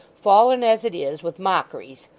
fallen as it is, with mockeries.